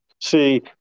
See